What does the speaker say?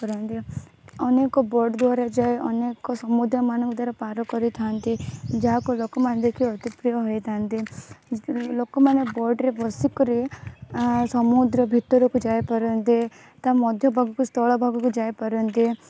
କରନ୍ତି ଅନେକ ବୋଟ୍ ଦ୍ଵାରା ଯାଏ ଅନେକ ସମୁଦ୍ରମାନଙ୍କ ଦ୍ଵାରା ପାର କରିଥାନ୍ତି ଯାହାକୁ ଲୋକମାନେ ଦେଖି ଅତି ପ୍ରିୟ ହେଇଥାନ୍ତି ଲୋକମାନେ ବୋଟ୍ରେ ବସିକରି ସମୁଦ୍ର ଭିତରକୁ ଯାଇପାରନ୍ତି ତା ମଧ୍ୟଭାଗ ସ୍ଥଳଭାଗକୁ ଯାଇପାରନ୍ତି